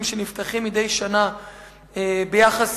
שנפתחים מדי שנה לבני-נוער,